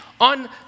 on